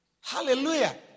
Hallelujah